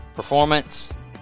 performance